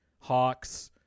Hawks